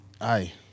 Aye